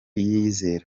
yiyizera